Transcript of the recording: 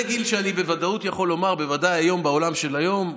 זה גיל שבוודאות אני יכול לומר שבוודאי בעולם של היום,